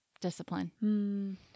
discipline